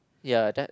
ya that